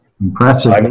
Impressive